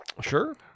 Sure